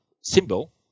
symbol